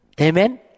Amen